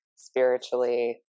spiritually